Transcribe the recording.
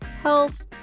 health